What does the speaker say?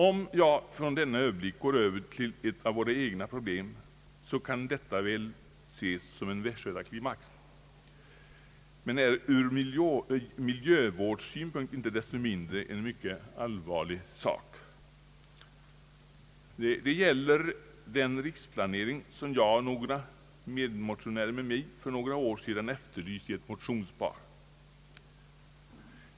Om jag från denna överblick går över till ett av våra egna problem kan detta synas som en västgötaklimax, men det gäller inte desto mindre en ur miljövårdssynpunkt mycket allvarlig sak. Det gäller den riksplanering som jag och några medmotionärer för några år sedan efterlyste i ett motionspar.